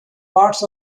parts